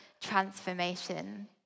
Transformation